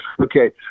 Okay